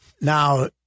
Now